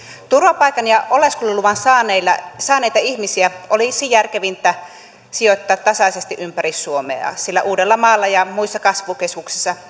turvapaikan ja oleskeluluvan saaneita ihmisiä olisi järkevintä sijoittaa tasaisesti ympäri suomea sillä uudellamaalla ja muissa kasvukeskuksissa